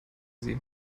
sie